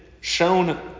shown